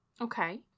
Okay